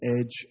edge